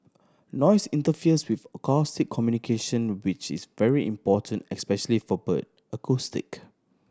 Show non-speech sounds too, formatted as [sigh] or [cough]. noise interferes with acoustic communication which is very important especially for bird [unintelligible]